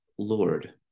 Lord